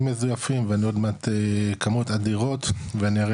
מזויפים בכמויות אדירות ואני אראה,